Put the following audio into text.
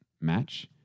match